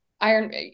iron